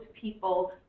people